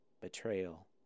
betrayal